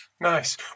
Nice